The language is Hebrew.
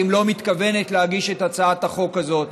לא מתכוונת להגיש את הצעת החוק הזאת,